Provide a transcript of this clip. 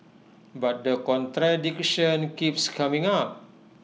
but the contradiction keeps coming up